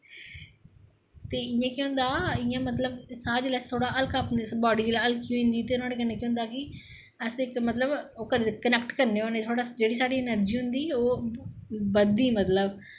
ते इ'यां केह् होंदा इ'यां मतलब साह् जिसलै हल्का बॉड्डी जिसलै हल्की होई जंदी ते नोहाड़े कन्नै केह् होंदा कि अस इक मतलब कनैक्ट करने होन्ने जेह्ड़ी साढ़ी इनर्जी होंदी ओह् बधदी मतलब